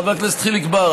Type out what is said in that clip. חבר הכנסת חיליק בר.